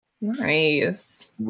Nice